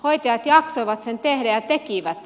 hoitajat jaksoivat sen tehdä ja tekivät